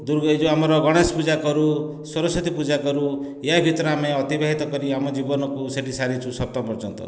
ଦୂର୍ ଆମର ଗଣେଶ ପୂଜା କରୁ ସରସ୍ଵତୀ ପୂଜା କରୁ ଏୟା ଭିତରେ ଆମେ ଅତିବାହିତ କରି ଆମ ଜୀବନକୁ ସେଇଠି ସାରିଛୁ ସପ୍ତମ ପର୍ଯ୍ୟନ୍ତ